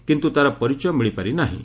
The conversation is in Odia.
କିନ୍ତୁ ତା'ର ପରିଚୟ ମିଳିପାରି ନାହିଁ